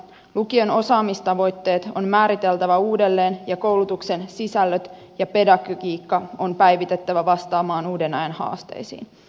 lukion osaamistavoitteet on määriteltävä uudelleen ja koulutuksen sisällöt ja pedagogiikka on päivitettävä vastaamaan uuden ajan haasteisiin